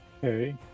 Hey